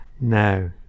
No